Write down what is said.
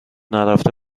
نرفته